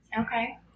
Okay